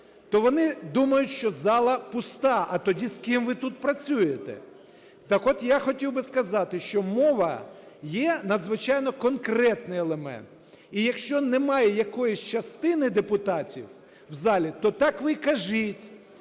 то вони думають, що зала пуста. А тоді з ким ви тут працюєте? Так от я хотів би сказати, що мова є надзвичайно конкретний елемент, і якщо немає якоїсь частини депутатів у залі, то так ви і кажіть.